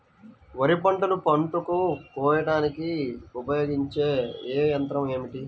వరిపంటను పంటను కోయడానికి ఉపయోగించే ఏ యంత్రం ఏమిటి?